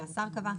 שהשר קבע,